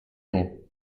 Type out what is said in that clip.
dons